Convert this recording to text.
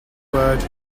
word